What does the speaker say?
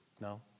No